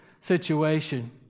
situation